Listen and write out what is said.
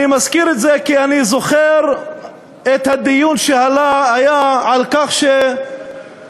אני מזכיר את זה כי אני זוכר את הדיון שהיה על כך שחברי